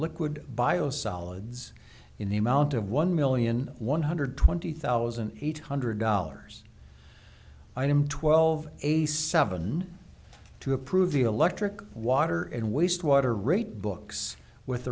liquid biosolids in the amount of one million one hundred twenty thousand eight hundred dollars item twelve a seven to approve the electric water and wastewater rate books with